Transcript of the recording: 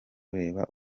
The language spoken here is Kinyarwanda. turebe